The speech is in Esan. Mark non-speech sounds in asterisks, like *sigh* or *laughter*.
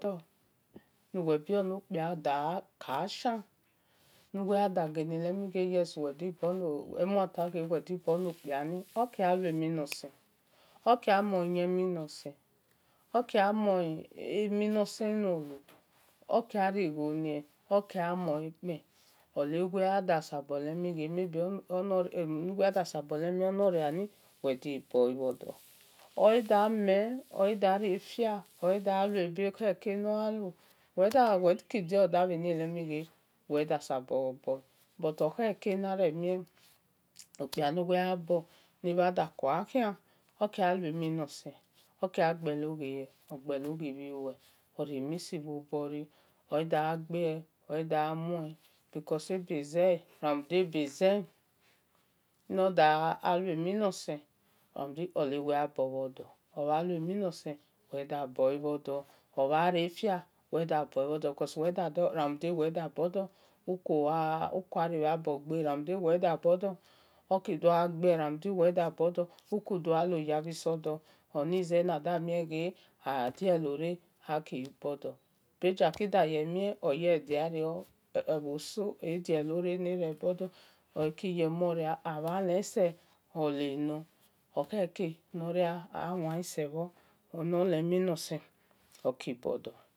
Dor-nwe-bie no kpia da ka shian nuwe gha da wel ghe yes wel di bor nor dor ni oki gha lue mhin nosen *noise* oki gha mue oyenmhi nor sen oki gha righo nie oki gha mue kpe ole wel ada sabo lewe onoria ni wel di boi bho dor orda mhen orda refia e da luebe kheke noghalu eni wel da lewel ghe wel sabor bor okheke okpia nuwel bol nuwe feko gha khian oki gha gbelo ghe oki gha rie mi ni bhiole orie mhi sibho bore oda-ghei oda moi nade ebeze nor da lue mi nosen o uwel a boi bhor dor nade oda lue mhi nosen weda boi bho do rade obhariefia wel da-boi bho dor because rade wel da bordor oki dogha gbee rade wel da boi dor oku dol gha loya bhi so dor oni ze na da mie ghe adielo re aki bodor bhe gia kide kere ghe odiario ebho so e̠ dielore ebe gha bodor eki yemoria abhalese oleno okheke nor ria gha wan sebhor oki bodor